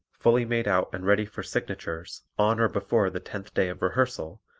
fully made out and ready for signatures, on or before the tenth day of rehearsal,